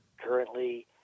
currently